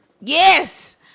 Yes